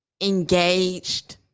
engaged